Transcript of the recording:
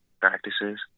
practices